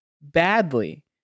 badly